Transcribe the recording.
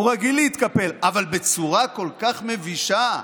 הוא רגיל להתקפל, אבל בצורה כל כך מבישה,